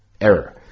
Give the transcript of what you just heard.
error